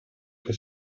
che